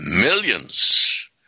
millions